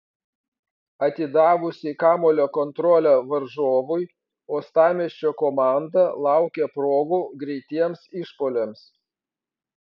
atidavusi kamuolio kontrolę varžovui uostamiesčio komanda laukė progų greitiems išpuoliams